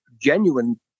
genuine